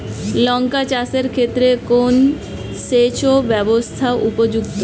লঙ্কা চাষের ক্ষেত্রে কোন সেচব্যবস্থা উপযুক্ত?